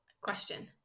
question